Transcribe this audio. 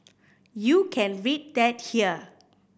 you can read that here